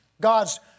God's